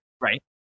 Right